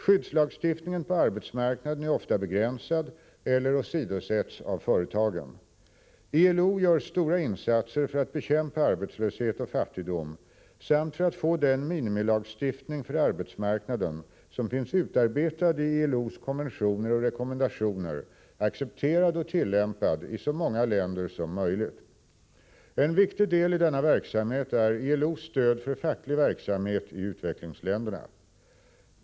Skyddslagstiftningen på arbets marknaden är ofta begränsad eller åsidosätts av företagen. ILO gör stora insatser för att bekämpa arbetslöshet och fattigdom samt för att få den minimilagstiftning för arbetsmarknaden som finns utarbetad i ILO:s konventioner och rekommendationer accepterad och tillämpad i så många länder som möjligt. En viktig del i denna verksamhet är ILO:s stöd för facklig verksamhet i utvecklingsländerna.